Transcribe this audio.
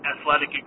athletic